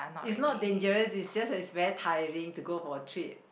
it's not dangerous it's just that it's very tiring to go for a trip